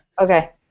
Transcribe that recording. Okay